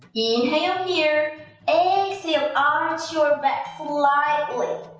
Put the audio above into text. inhale here, exhale arch your back slightly